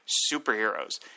superheroes